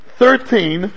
thirteen